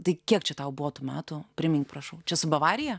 tai kiek čia tau buvo tų metų primink prašau čia su bavarija